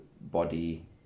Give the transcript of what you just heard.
body